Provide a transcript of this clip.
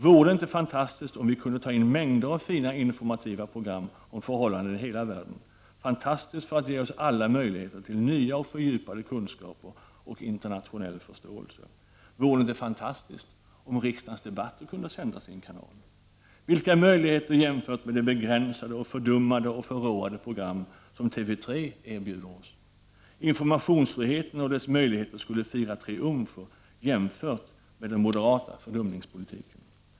Vore det inte fantastiskt om vi kunde ta in mängder av fina informativa program om förhållanden i hela världen? Det vore fantastiskt, eftersom det skulle ge oss alla möjligheter till nya fördjupade kunskaper och internationell förståelse. Vore det inte fantastiskt om riksdagens debatter kunde sändas i en kanal? Vilka möjligheter jämfört med de begränsade och fördummande och förråande program som TV 3 erbjuder oss! Informationsfriheten och dess möjligheter skulle fira triumfer jämfört med den moderata fördumningspolitiken.